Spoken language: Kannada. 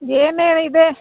ಏನೇನಿದೆ